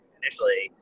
initially